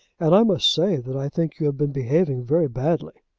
and i must say, that i think you have been behaving very badly.